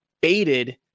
baited